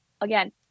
again